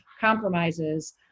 compromises